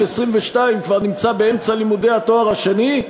22 כבר נמצא באמצע לימודי התואר השני,